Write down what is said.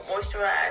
moisturize